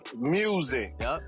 music